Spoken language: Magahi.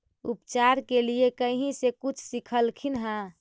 उपचार के लीये कहीं से कुछ सिखलखिन हा?